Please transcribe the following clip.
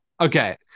okay